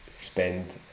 spend